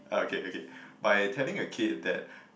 okay okay by telling a kid that